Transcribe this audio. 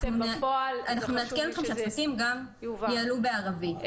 אנחנו נעדכן גם כשהטפסים יעלו בערבית.